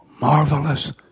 Marvelous